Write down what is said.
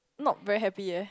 not very happy eh